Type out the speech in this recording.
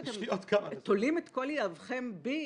שאתם תולים את כל יהבכם בי,